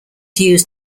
used